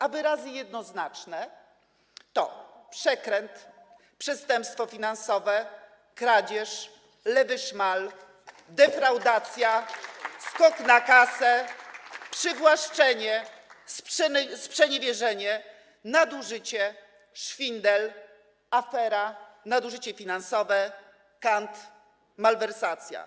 A wyrazy jednoznaczne to: przekręt, przestępstwo finansowe, kradzież, lewy szmal, defraudacja, skok na kasę, przywłaszczenie, sprzeniewierzenie, nadużycie, szwindel, afera, nadużycie finansowe, kant, malwersacja.